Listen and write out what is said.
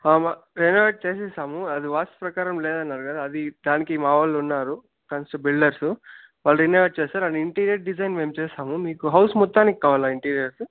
మా రినోవేట్ చేసేసాము అది వాస్తు ప్రకారము లేదన్నారు కదా అది దానికి మావోళ్ళున్నారు మంచి బిల్డర్సు వాళ్ళు రినోవేట్ చేస్తారు అండ్ ఇంటీరియర్ డిజైన్ మేము చేస్తాము మీకు హౌస్ మొత్తానికి కావాలా ఇంటీరియర్సు